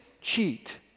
cheat